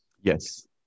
yes